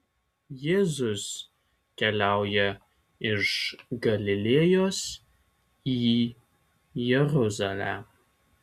jėzus keliauja iš galilėjos į jeruzalę